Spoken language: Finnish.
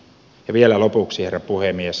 vielä lopuksi herra puhemies